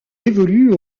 évolue